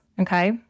Okay